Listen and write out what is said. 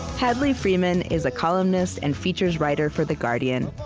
hadley freeman is a columnist and features writer for the guardian.